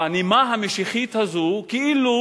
הנימה המשיחית הזאת כאילו